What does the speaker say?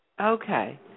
Okay